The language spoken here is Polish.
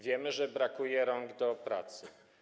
Wiemy, że brakuje rąk do pracy.